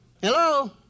Hello